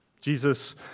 Jesus